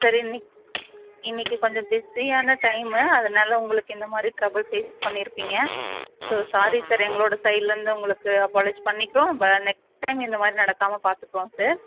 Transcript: sir இன்ன இன்னிக்கு கொஞ்சம் பிஸியான டைமு அதனால உங்களுக்கு இந்த மாதிரி ட்புள் ஃபேஸ் பண்ணியிருப்பீங்க ஸோ சாரி சார் எங்களோடய சைட்டிலேருந்து உங்களுக்கு அப்பாலேஜ் பண்ணிக்கிறோம் ப நெக்ஸ்ட் டைம் இந்த மாதிரி நடக்காமல் பார்த்துக்குறோம் சார்